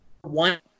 one